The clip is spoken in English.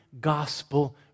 gospel